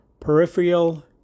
Peripheral